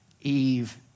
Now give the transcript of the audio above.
Eve